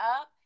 up